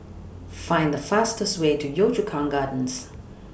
Find The fastest Way to Yio Chu Kang Gardens